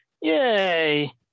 Yay